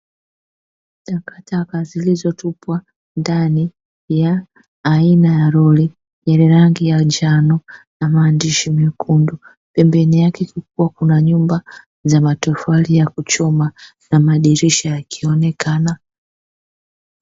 Takataka zilizotupwa ndani ya aina ya lori yenye rangi ya njano na maandishi mekundu, pembeni yake kukiwa kuna nyumba za matofali ya kuchoma na madirisha yakionekana.